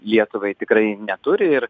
lietuvai tikrai neturi ir